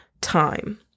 time